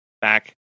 back